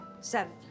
Seven